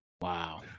Wow